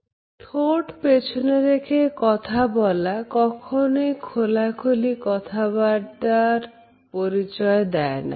ঠোট পেছনে রেখে কথা বলা কখনোই খোলাখুলি কথাবার্তার পরিচয় দেয় না